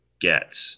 get